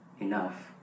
enough